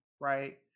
right